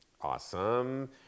awesome